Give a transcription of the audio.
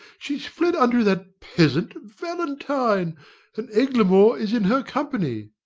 she's fled unto that peasant valentine and eglamour is in her company.